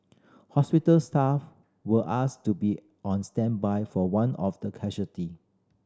hospital staff were asked to be on standby for one of the casualty